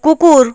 কুকুর